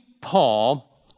Paul